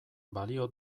balio